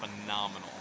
phenomenal